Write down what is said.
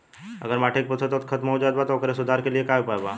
अगर माटी के पोषक तत्व खत्म हो जात बा त ओकरे सुधार के लिए का उपाय बा?